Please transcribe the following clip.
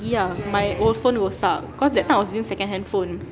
ah my old phone rosak cause that time I was using secondhand phone